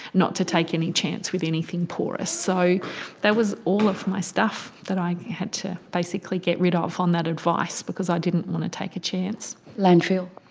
not to take any chance with anything porous. so that was all of my stuff that i had to basically get rid ah of on that advice because i didn't want to take a chance. landfill?